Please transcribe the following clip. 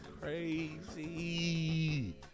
crazy